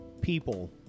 people